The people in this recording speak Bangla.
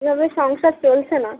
এভাবে সংসার চলছে না